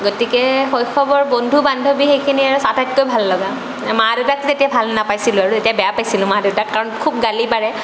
গতিকে শৈশৱৰ বন্ধু বান্ধৱী সেইখিনিয়ে আটাইতকৈ ভাল লগা মা দেউতাক তেতিয়া ভাল নাপাইছিলো আৰু তেতিয়া বেয়া পাইছিলোঁ মা দেউতাক কাৰণ খুব গালি পাৰে